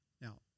Now